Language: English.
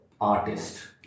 artist